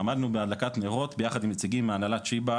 עמדנו בהדלקת נרות ביחד עם נציגים מנהלת שיבא